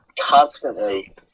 constantly